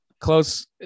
close